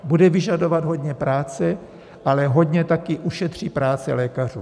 Bude vyžadovat hodně práce, ale hodně taky ušetří práci lékařům.